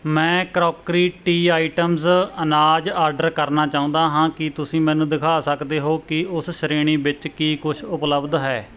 ਮੈਂ ਕਰੌਕਰੀ ਟੀ ਆਈਟਮਜ਼ ਅਨਾਜ ਆਰਡਰ ਕਰਨਾ ਚਾਹੁੰਦਾ ਹਾਂ ਕੀ ਤੁਸੀਂ ਮੈਨੂੰ ਦਿਖਾ ਸਕਦੇ ਹੋ ਕਿ ਉਸ ਸ਼੍ਰੇਣੀ ਵਿੱਚ ਕੀ ਕੁਛ ਉਪਲੱਬਧ ਹੈ